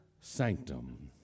Sanctum